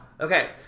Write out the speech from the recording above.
Okay